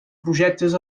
projectes